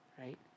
right